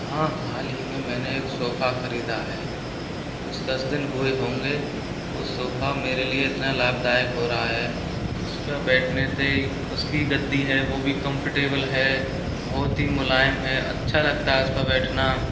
हाँ हाल ही में मैंने एक सोफा खरीदा है कुछ दस दिन हुए होंगे उस सोफा मेरे लिए इतना लाभदायक हो रहा है उसका बैठने से ही उसकी गद्दी है वो भी कंफ़र्टेबल है बहुत ही मुलायम है अच्छा लगता है उसपे बैठना